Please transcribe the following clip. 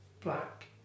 Black